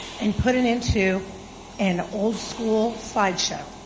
and put it into an old school slide show.